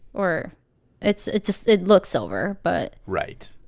or it's it's it looks silver, but. right.